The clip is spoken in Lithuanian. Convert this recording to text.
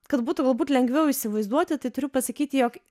kad būtų galbūt lengviau įsivaizduoti tai turiu pasakyti jog